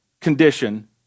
condition